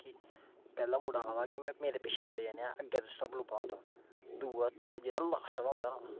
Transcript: कि पैह्ला मुड़ा आखदा कि मैं मेरे पिच्छै बड़े जने आं अग्गें तुस सब लब्भा दा होंदा दूआ त्रिआ जेह्ड़ा लास्ट आह्ला होंदा ना